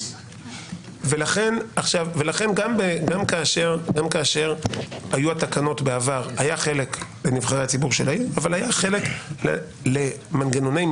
גם כאשר היו תקנות בעבר היה חלק לנבחרי הציבור של העיר,